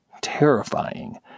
terrifying